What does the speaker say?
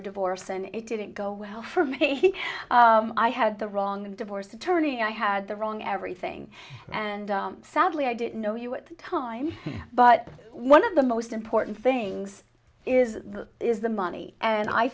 a divorce and it didn't go well for me i had the wrong divorce attorney i had the wrong everything and sadly i didn't know you what time but one of the most important things is is the money and i